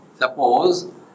Suppose